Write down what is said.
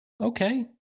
Okay